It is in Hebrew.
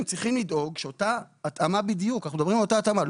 הם צריכים לדאוג שאותה התאמה בדיוק אנחנו מדברים על אותה התאמה,